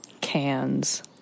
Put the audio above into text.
cans